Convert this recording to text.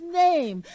name